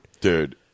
Dude